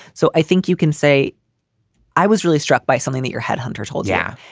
so i think you can say i was really struck by something that your head hunter told yeah